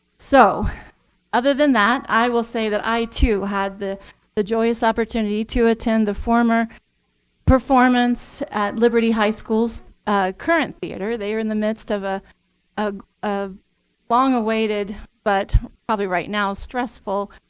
so other than that, i will say that i too had the the joyous opportunity to attend the former performance at liberty high school's current theater. they are in the midst of ah ah a long awaited, but probably right now stressful,